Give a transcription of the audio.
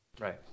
right